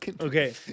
Okay